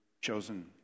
chosen